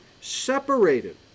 separated